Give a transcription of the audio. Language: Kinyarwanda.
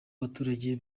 abaturage